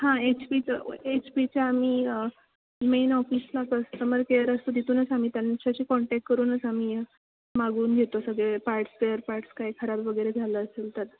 हां एच पीचं एच पीच्या आम्ही मेन ऑफिसला कस्टमर केअर असतो तिथूनच आम्ही त्यांच्याशी कॉन्टॅक्ट करूनच आम्ही मागवून घेतो सगळे पार्ट्स स्पेअर पार्ट्स काय खराब वगैरे झालं असेल तर